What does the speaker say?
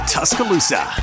Tuscaloosa